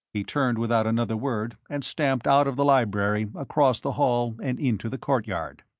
he turned without another word and stamped out of the library across the hall and into the courtyard.